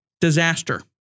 disaster